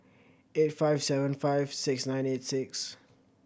eight five seven five six nine eight six